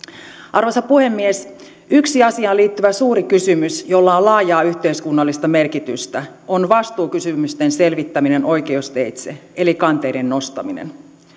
arvoisa puhemies yksi asiaan liittyvä suuri kysymys jolla on laajaa yhteiskunnallista merkitystä on vastuukysymysten selvittäminen oikeusteitse eli kanteiden nostaminen